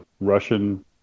Russian